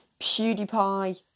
pewdiepie